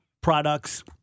products